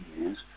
years